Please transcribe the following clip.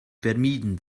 vermieden